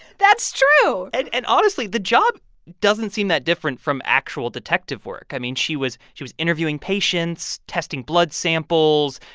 that's true and and honestly, the job doesn't seem that different from actual detective work. i mean, she was she was interviewing patients, testing blood samples,